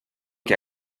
que